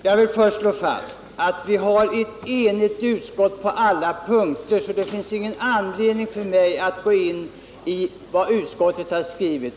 Herr talman! Utskottet är enigt på så gott som alla punkter, så det finns ingen anledning för mig att gå in på vad utskottet har skrivit.